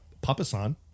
Papa-san